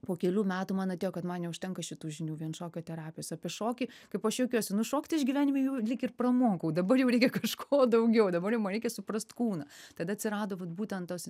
po kelių metų man atėjo kad man neužtenka šitų žinių vien šokio terapijos apie šokį kaip aš juokiuosi nu šokti aš gyvenime jau lyg ir pramokau dabar jau reikia kažko daugiau dabar jau man reikia suprast kūną tada atsirado vat būtent tos